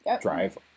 drive